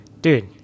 dude